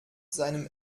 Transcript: seinem